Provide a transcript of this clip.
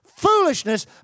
foolishness